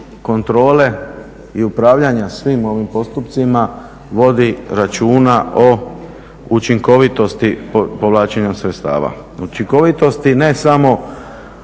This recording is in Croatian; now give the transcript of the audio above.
kontrole i upravljanja svim ovim postupcima, vodi računa o učinkovitosti povlačenja sredstava. Učinkovitosti ne samo